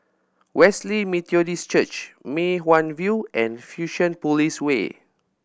Wesley Methodist Church Mei Hwan View and Fusionopolis Way